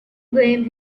blame